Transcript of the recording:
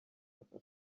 aka